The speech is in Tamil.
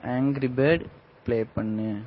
ஆங்ரி பேர்டு பிளே பண்ணு